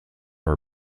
are